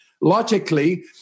logically